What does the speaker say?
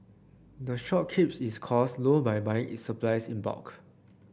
the shop keeps its cost low by buying it supplies in bulk